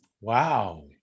Wow